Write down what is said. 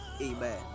Amen